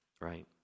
right